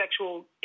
sexual